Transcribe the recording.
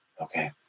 Okay